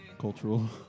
cultural